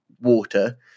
water